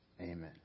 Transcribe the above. Amen